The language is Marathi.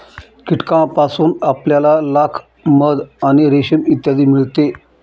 कीटकांपासून आपल्याला लाख, मध आणि रेशीम इत्यादी मिळते